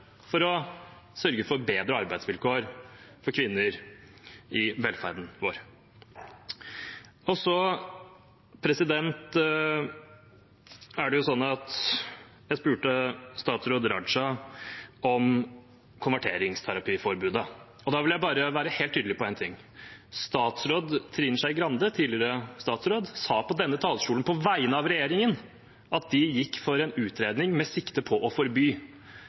for å sørge for bedre arbeidsvilkår for kvinner i velferden vår. Jeg spurte statsråd Raja om konverteringsterapiforbudet. Da vil jeg bare være helt tydelig på én ting: Tidligere statsråd Trine Skei Grande sa på denne talerstolen på vegne av regjeringen at de gikk for en utredning med sikte på å forby.